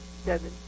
seven